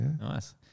Nice